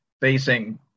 facing